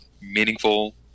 meaningful